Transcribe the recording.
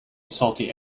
salty